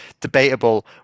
debatable